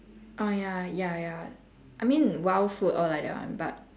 ah ya ya ya ya I mean wild food all like that one but